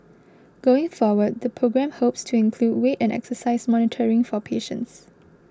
going forward the programme hopes to include weight and exercise monitoring for patients